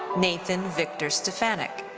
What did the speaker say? nathan victor stenfanick.